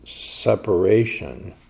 separation